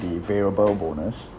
the variable bonus